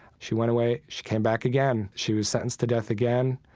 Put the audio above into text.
she went away she came back again. she was sentenced to death again.